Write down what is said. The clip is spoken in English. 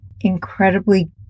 incredibly